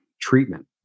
treatment